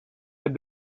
had